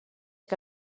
que